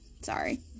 Sorry